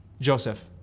Joseph